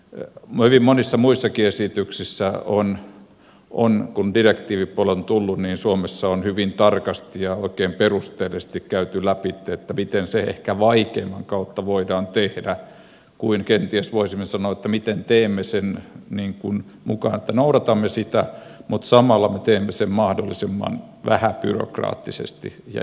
hyvin monissa muissakin esityksissä kun direktiivipuoli on tullut suomessa on hyvin tarkasti ja oikein perusteellisesti käyty läpi miten se ehkä vaikeimman kautta voidaan tehdä kun kenties voisimme sanoa miten teemme sen niin kuin muka noudatamme sitä mutta samalla me teemme sen mahdollisimman vähäbyrokraattisesti ja järkevästi